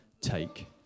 take